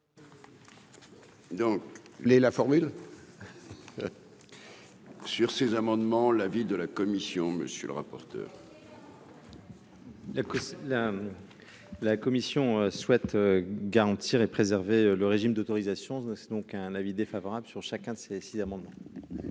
Sur ces amendements, l'avis de la commission, monsieur le rapporteur. La, la, la commission souhaite garantir et préserver le régime d'autorisation, donc, c'est donc un avis défavorable sur chacun de ses 6 enfants.